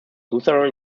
lutheran